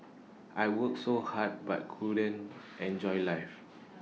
I worked so hard but couldn't enjoy life